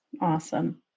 Awesome